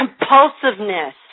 compulsiveness